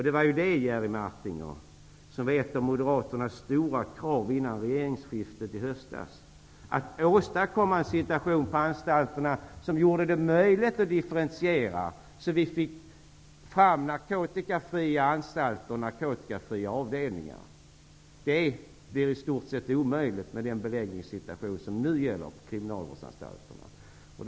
Det var ju ett av Moderaternas stora krav före regeringsskiftet i höstas, Jerry Martinger, att åstadkomma en situation på anstalterna som gjorde det möjligt att differentiera och få fram narkotikafria anstalter och avdelningar. Det blir i stort sett omöjligt med den beläggningssituation som nu gäller på anstalterna.